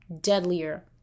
deadlier